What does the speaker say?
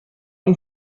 این